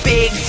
Big